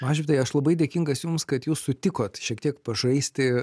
mažvydai aš labai dėkingas jums kad jūs sutikot šiek tiek pažaisti